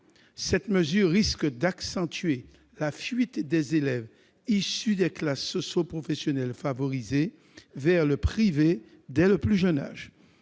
Cette mesure risque d'accentuer la fuite des élèves issus des classes socioprofessionnelles favorisées vers le privé dès le plus jeune âge.